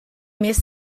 més